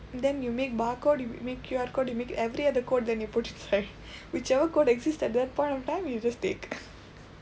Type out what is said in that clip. then you make barcode you make Q_R code you make every other code then you put inside whichever code exist at that point of time you just take